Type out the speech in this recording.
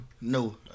No